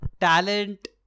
Talent